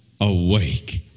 awake